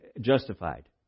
justified